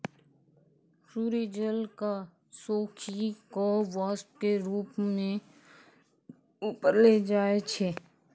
सूर्य जल क सोखी कॅ वाष्प के रूप म ऊपर ले जाय छै